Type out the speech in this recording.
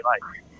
life